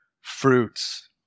fruits